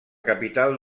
capital